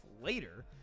later